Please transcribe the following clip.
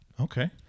Okay